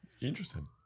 Interesting